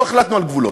לא החלטנו על גבולות.